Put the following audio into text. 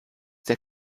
der